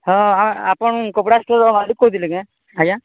ହଁ ହଁ ଆପଣ କପଡ଼ା ଷ୍ଟୋରର ମାଲିକ କହୁଥିଲେ କି ଆଜ୍ଞା